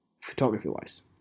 photography-wise